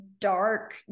dark